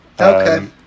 Okay